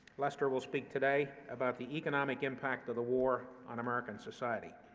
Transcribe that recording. lester will speak today about the economic impact of the war on american society.